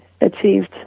achieved